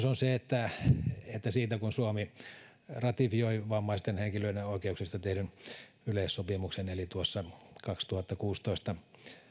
on se että että siitä kun suomi ratifioi vammaisten henkilöiden oikeuksista tehdyn yleissopimuksen kaksituhattakuusitoista